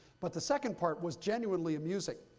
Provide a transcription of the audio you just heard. but the second part was genuinely amusing.